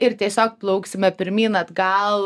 ir tiesiog plauksime pirmyn atgal